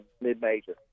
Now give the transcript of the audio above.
mid-major